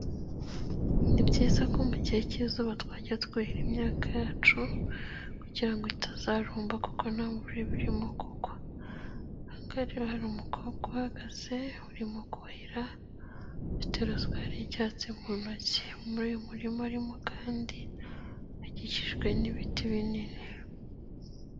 Ni byiza ko mu gihe cy'izuba twajya twuhira imyaka yacu kugira ngo itazarumba kuko ntavure buririmo kugwa, ahangaha rero hari umukobwa uhagaze buri mu kuhira afite rozwari y'icyatsi mu ntoki mu uyu murima urimo kandi akikijwe n'ibiti binini.